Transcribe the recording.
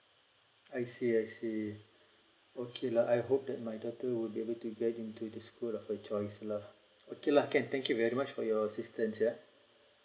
I see I see okay lah I hope that my daughter would be able to get into the school of her choice lah okay lah can thank you very much for your assistance ya